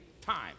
time